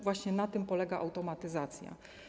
Właśnie na tym polega automatyzacja.